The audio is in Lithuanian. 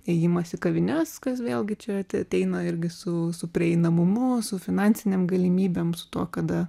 ėjimas į kavines kas vėlgi čia a ateina irgi su su prieinamumu su finansinėm galimybėm su tuo kada